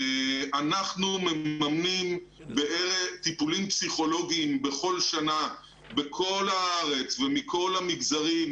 אנחנו מממנים טיפולים פסיכולוגיים בכל שנה בכל הארץ ומכל המגזרים